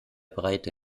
breite